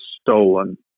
stolen